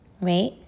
right